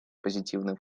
позитивный